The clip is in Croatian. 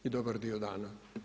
I dobar dio dana.